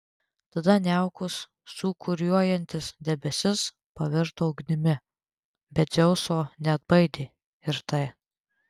tada niaukus sūkuriuojantis debesis pavirto ugnimi bet dzeuso neatbaidė ir tai